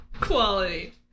Quality